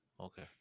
okay